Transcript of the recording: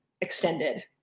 extended